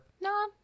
No